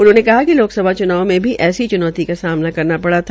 उन्होंने कहा कि लोकसभा चुनाव में भी ऐसी चुनौती का सामना करना पड़ा था